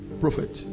prophet